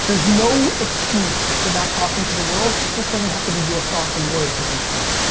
there's no excuse for not talking to the world. it just doesn't have to be your thoughts and words every time.